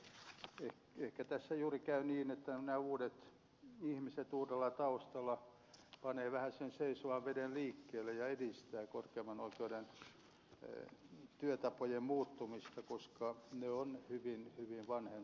ja ehkä tässä juuri käy niin että nämä uudet ihmiset uudella taustalla panevat vähän sen seisovan veden liikkeelle ja edistävät korkeimman oikeuden työtapojen muuttumista koska ne ovat hyvin vanhentuneita